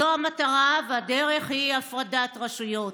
זו המטרה, והדרך היא הפרדת רשויות.